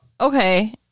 okay